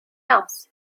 else